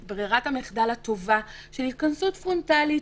את ברירת המחדל הטובה של התכנסות פרונטלית.